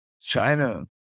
China